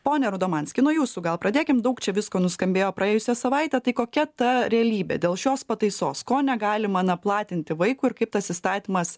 pone rudomanski nuo jūsų gal pradėkim daug čia visko nuskambėjo praėjusią savaitę tai kokia ta realybė dėl šios pataisos ko negalima na platinti vaikui ir kaip tas įstatymas